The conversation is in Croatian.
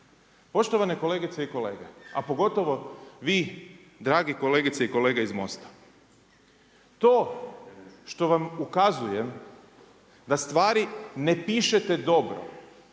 Poštovane kolegice i kolege, a pogotovo vi dragi kolegice i kolege iz MOST-a, to što vam ukazujem da stvari ne pišete dobro,